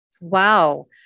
Wow